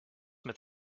mit